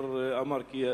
למעשה,